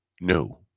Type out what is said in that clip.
No